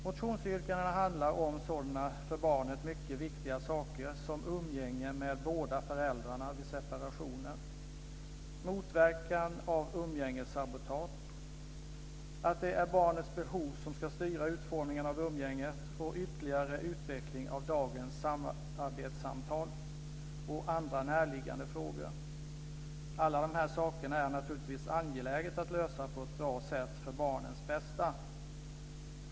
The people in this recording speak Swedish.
Motionsyrkandena handlar om sådana för barnet mycket viktiga saker som umgänge med båda föräldrarna vid separationer, att motverka umgängessabotage, att det är barnets behov som ska styra utformningen av umgänget och ytterligare utveckling av dagens samarbetssamtal och andra närliggande frågor. Alla de här sakerna är naturligtvis angelägna att lösa på ett bra sätt för barnets bästa.